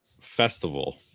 festival